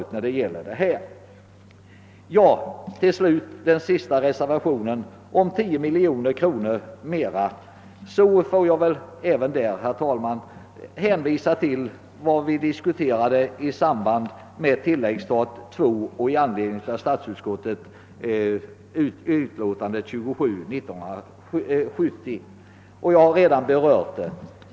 Till slut vill jag beröra den sista reservationen om 10 miljoner kronor ytterligare i anslaget till statens hantverksoch industrilånefond. Jag får väl även där, herr talman, hänvisa till vad vi diskuterade i samband med tilläggsstat II i anledning av statsutskottets utlåtande nr 27 för år 1970. — Jag har för övrigt redan berört detta.